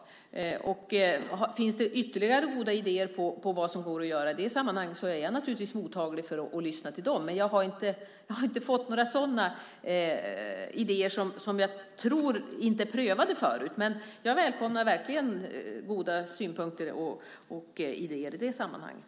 Ifall det finns ytterligare goda idéer om vad som kan göras i sammanhanget är jag naturligtvis mottaglig för dem. Jag har dock hittills inte fått några förslag som inte redan är prövade. Men jag välkomnar verkligen goda synpunkter och idéer i sammanhanget.